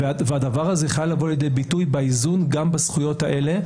והדבר הזה חייב לבוא לידי באיזון גם בזכויות האלה,